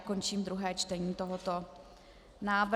Končím druhé čtení tohoto návrhu.